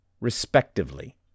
respectively